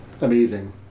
amazing